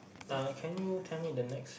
uh can you tell me the next